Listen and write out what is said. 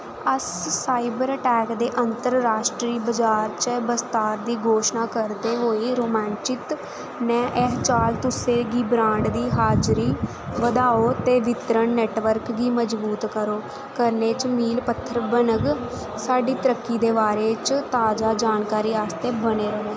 अस cyber tech दे अंतर राश्ट्री बजार च बस्तार दी घोशना करदे होई रोमांचित न एह् चाल तुसें गी ब्रांड दी हाजरी बधाओ ते वितरण नैट्टवर्क गी मजबूत करो करने च मील पत्थर बनग साढ़ी तरक्की दे बारे च ताजा जानकारी आस्तै बने र'वो